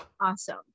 Awesome